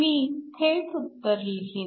मी थेट उत्तर लिहीन